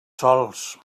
sols